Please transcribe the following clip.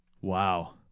wow